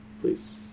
Please